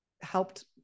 helped